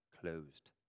closed